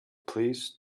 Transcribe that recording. pleased